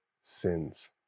sins